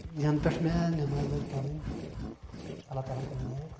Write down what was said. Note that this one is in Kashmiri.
ینہٕ پٮ۪ٹھ مےٚ نٮ۪ماز لٲج پرٕنۍ اللہ تعالیٰ ہن کٔر ہدایت